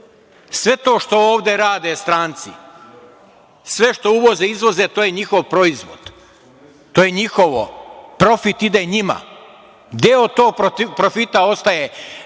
to što ovde rade stranci, sve što uvoze, izvoze, to je njihov proizvod. To je njihovo. Profit ide njima. Deo tog profita ostaje. Mi